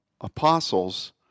apostles